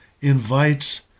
invites